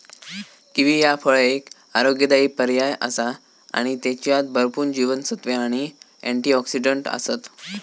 kiwi ह्या फळ एक आरोग्यदायी पर्याय आसा आणि त्येच्यात भरपूर जीवनसत्त्वे आणि अँटिऑक्सिडंट आसत